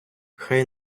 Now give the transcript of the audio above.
хай